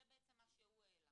זה בעצם מה שהוא העלה.